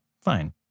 fine